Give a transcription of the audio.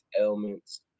ailments